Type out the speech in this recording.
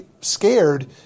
scared